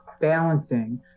balancing